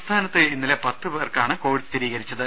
സംസ്ഥാനത്ത് ഇന്നലെ പത്തുപേർക്കാണ് കോവിഡ് സ്ഥിരീകരിച്ചത്